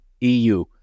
EU